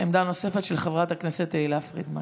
עמדה נוספת, של חברת הכנסת תהלה פרידמן.